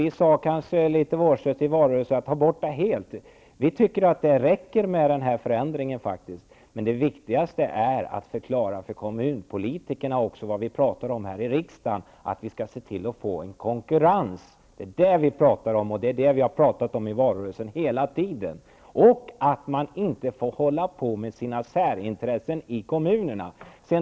Vi sade i valrörelsen, kanske litet vårdslöst, att man skulle ta bort det helt. Vi tycker att det räcker med denna förändring. Men det viktigaste är att förklara för kommunpolitikerna vad vi pratar om här i riksdagen, att vi skall se till att få konkurrens. Det är det vi pratar om, och det har vi pratat om i valrörelsen hela tiden. Man får inte hålla på med sina särintressen i kommunerna.